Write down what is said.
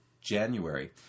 January